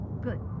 Good